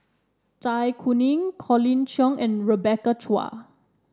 Zai Kuning Colin Cheong and Rebecca Chua